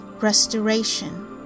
restoration